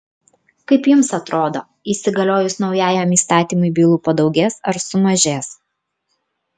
kaip jums atrodo įsigaliojus naujajam įstatymui bylų padaugės ar sumažės